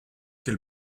quel